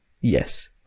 Yes